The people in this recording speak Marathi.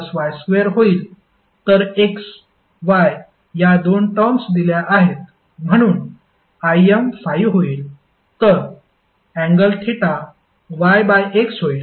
तर x y या दोन टर्म्स दिल्या आहेत म्हणून Im 5 होईल तर अँगल थिटा yx होईल